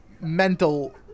mental